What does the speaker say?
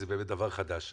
זה באמת דבר חדש,